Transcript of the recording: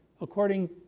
according